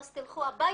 תלכו הביתה,